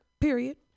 period